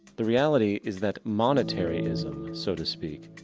the reality is that monetary-ism, so to speak,